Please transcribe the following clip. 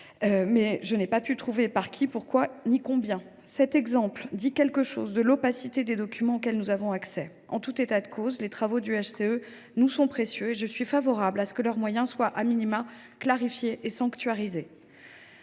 mais je n’ai pas pu trouver par qui, pourquoi ni à quel niveau. Cet exemple dit beaucoup de l’opacité des documents auxquels nous avons accès. En tout état de cause, les travaux du HCE nous sont précieux et je suis favorable à ce que ses moyens soient au moins clarifiés et sanctuarisés.